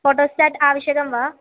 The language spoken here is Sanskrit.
फ़ोटो स्टाट् आवश्यकं वा